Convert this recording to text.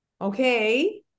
Okay